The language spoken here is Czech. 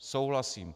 Souhlasím.